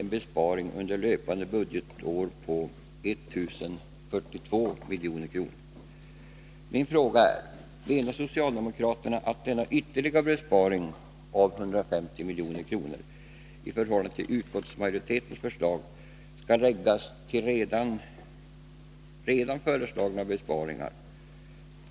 en besparing under nu löpande budgetår av 1042 milj.kr. Min fråga är: Menar socialdemokraterna att denna ytterligare besparing på 150 milj.kr. i förhållande till utskottsmajoritetens förslag skall läggas till redan föreslagna besparingar?